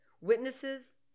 witnesses